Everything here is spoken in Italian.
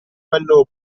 quello